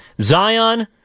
Zion